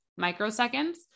microseconds